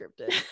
scripted